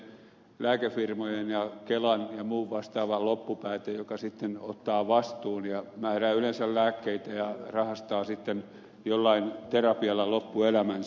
psykiatri on sitten se lääkefirmojen ja kelan ja muun vastaavan loppupääte joka ottaa vastuun ja määrää yleensä lääkkeitä ja rahastaa jollain terapialla loppuelämänsä